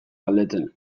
galdetzen